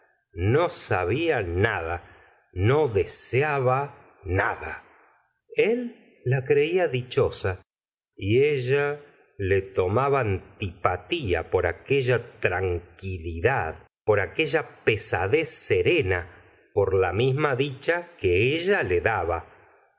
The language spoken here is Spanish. no sabia nada no deseaba nada el la creía dichosa y ella le tomaba antipatía por aquella tranquilidad por aquella pesadez serene por la misma dicha que ella le daba